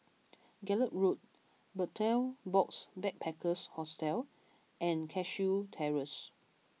Gallop Road Betel Box Backpackers Hostel and Cashew Terrace